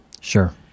Sure